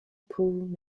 poole